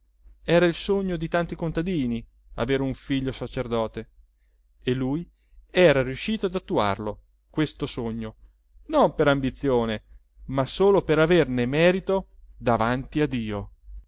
era il sogno di tanti contadini avere un figlio sacerdote e lui era riuscito ad attuarlo questo sogno non per ambizione ma solo per averne merito davanti a dio